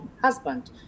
husband